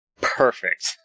Perfect